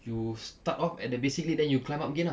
you start off at the basic league then you climb up again ah